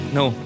no